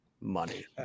money